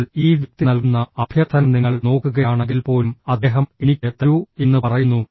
എന്നാൽ ഈ വ്യക്തി നൽകുന്ന അഭ്യർത്ഥന നിങ്ങൾ നോക്കുകയാണെങ്കിൽപ്പോലും അദ്ദേഹം എനിക്ക് തരൂ എന്ന് പറയുന്നു